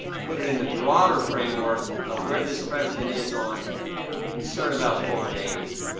put it in the broader framework of where this president is on concern about foreign aid,